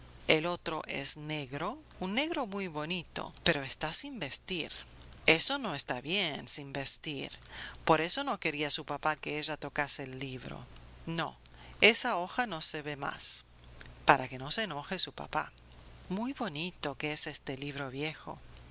el otro es negro un negro muy bonito pero está sin vestir eso no está bien sin vestir por eso no quería su papá que ella tocase el libro no esa hoja no se ve más para que no se enoje su papá muy bonito que es este libro viejo